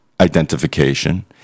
identification